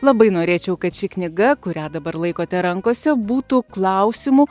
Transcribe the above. labai norėčiau kad ši knyga kurią dabar laikote rankose būtų klausimų